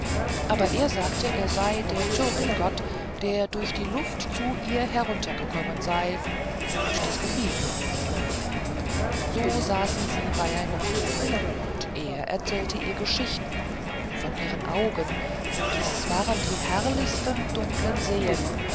aber er sagte er sei der türkengott der durch die luft zu ihr heruntergekommen sei und das gefiel ihr so saßen sie bei einander und er erzählte ihr geschichten von ihren augen das waren die herrlichsten dunklen seen